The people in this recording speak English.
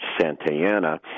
Santayana